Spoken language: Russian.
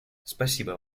спасибо